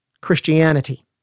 Christianity